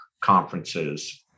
conferences